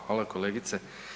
Hvala kolegice.